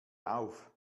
auf